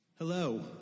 Hello